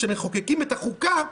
שמחוקקים את החוקה,